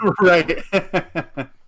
right